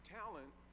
talent